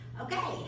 Okay